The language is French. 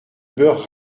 beurre